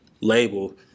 label